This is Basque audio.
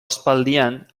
aspaldian